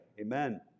Amen